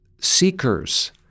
seekers